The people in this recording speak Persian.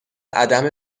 عدم